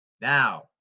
Now